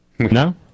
No